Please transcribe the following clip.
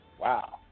wow